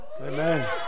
Amen